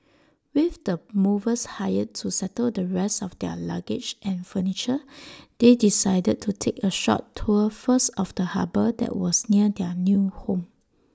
with the movers hired to settle the rest of their luggage and furniture they decided to take A short tour first of the harbour that was near their new home